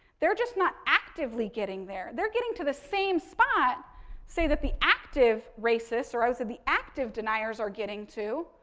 they're just not actively getting there. they're getting to the same spot say that the active racists or and the active deniers are getting to,